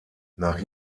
nach